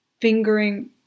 fingering